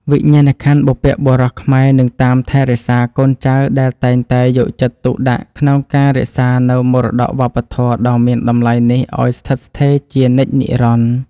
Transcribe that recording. វិញ្ញាណក្ខន្ធបុព្វបុរសខ្មែរនឹងតាមថែរក្សាកូនចៅដែលតែងតែយកចិត្តទុកដាក់ក្នុងការរក្សានូវមរតកវប្បធម៌ដ៏មានតម្លៃនេះឱ្យស្ថិតស្ថេរជានិច្ចនិរន្តរ៍។